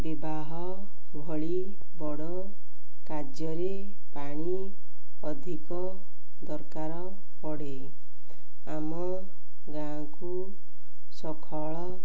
ବିବାହ ଭଳି ବଡ଼ କାର୍ଯ୍ୟରେ ପାଣି ଅଧିକ ଦରକାର ପଡ଼େ ଆମ ଗାଁକୁ ସକାଳ